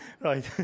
right